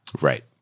right